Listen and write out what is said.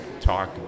talk